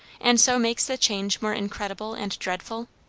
and so makes the change more incredible and dreadful?